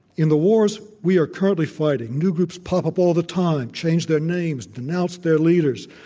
in the wars we are currently fighting, new groups pop up all the time, change their names, denounce their leaders.